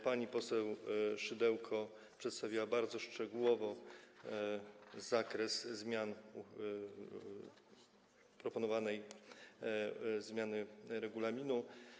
Pani poseł Szydełko przedstawiła bardzo szczegółowo zakres proponowanych zmian regulaminu.